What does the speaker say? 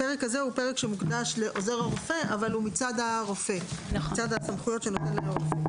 הפרק הזה מוקדש לעוזר הרופא אבל הוא מצד הסמכויות שנותן לו הרופא.